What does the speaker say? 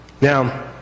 Now